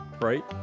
Right